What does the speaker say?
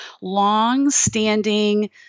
long-standing